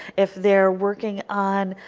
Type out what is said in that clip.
if they are working on